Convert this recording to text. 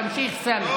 תמשיך, סמי.